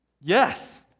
Yes